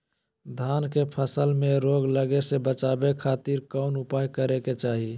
धान के फसल में रोग लगे से बचावे खातिर कौन उपाय करे के चाही?